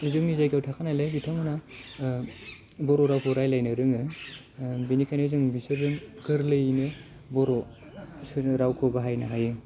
जोंनि जायगायाव थाखानायलाय बिथांमोना ओ बर' रावखौ रायज्लायनो रोङो ओ बेनिखायनो जों बिसोरजों गोरलैयैनो बर' सोदोब रावखौ बाहायनो हायो